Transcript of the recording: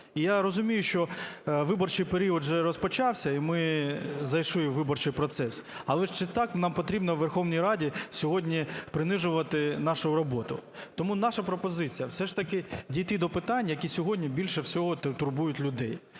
І я розумію, що виборчий період вже розпочався і ми зайшли у виборчий процес, але чи так нам потрібно у Верховній Раді сьогодні принижувати нашу роботу? Тому наша пропозиція: все ж таки дійти до питань, які сьогодні більше всього турбують людей,